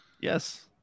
Yes